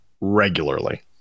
regularly